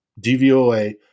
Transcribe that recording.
DVOA